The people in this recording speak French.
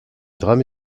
drame